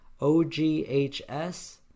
OGHS